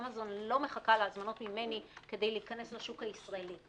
אמזון לא מחכה להזמנות ממני כדי להיכנס לשוק הישראלי,